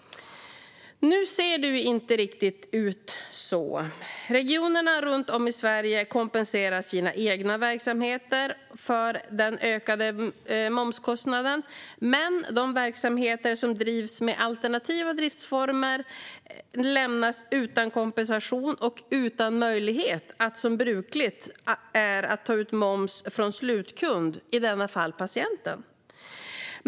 Nu ser det ju inte riktigt ut så. Regionerna runt om i Sverige kompenserar sina egna verksamheter för den ökade momskostnaden, men de verksamheter som drivs med alternativa driftsformer lämnas utan kompensation och utan möjlighet att, som brukligt är, ta ut moms från slutkunden, i detta fall patienten.